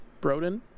Broden